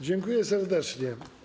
Dziękuję serdecznie.